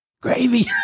Gravy